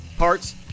Parts